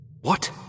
What